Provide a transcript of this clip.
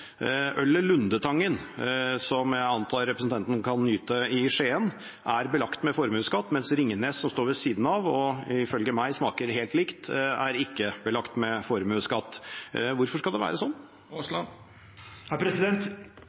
Lundetangen, som jeg antar representanten kan nyte i Skien, er belagt med formuesskatt, mens Ringnes, som står ved siden av, og ifølge meg smaker helt likt, er ikke belagt med formuesskatt. Hvorfor skal det være sånn?